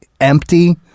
empty